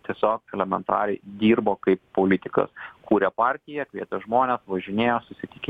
tiesiog elementariai dirbo kaip politikas kūrė partiją kvietė žmones važinėjo susitiki